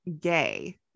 gay